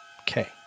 Okay